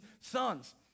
sons